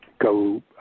go